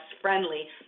friendly